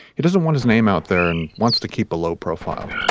he doesn't want his name out there and wants to keep a low profile.